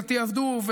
לתיעדוף,